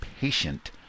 patient